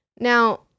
Now